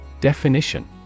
Definition